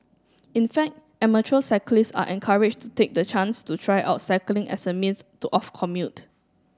in fact amateur cyclists are encouraged to take the chance to try out cycling as a means of commute